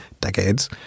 decades